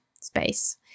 space